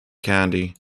candy